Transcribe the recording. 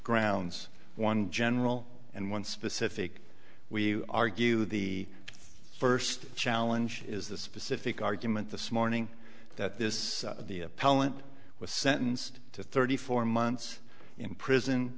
grounds one general and one specific we argue the first challenge is the specific argument this morning that this is the appellant was sentenced to thirty four months in prison